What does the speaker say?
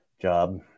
job